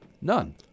None